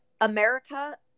America